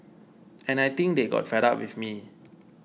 and I think they got fed up with me